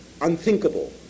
unthinkable